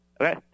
Okay